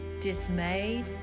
dismayed